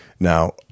Now